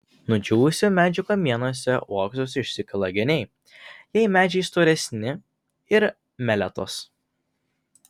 nudžiūvusių medžių kamienuose uoksus išsikala geniai jei medžiai storesni ir meletos